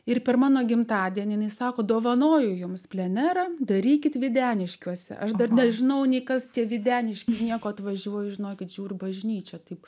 ir per mano gimtadienį sako dovanoju jums plenerą darykit videniškiuose aš dar nežinau nei kas tie videniškiai nieko atvažiuoja žinokit žiū ir bažnyčia taip